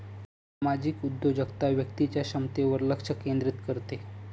सामाजिक उद्योजकता व्यक्तीच्या क्षमतेवर लक्ष केंद्रित करते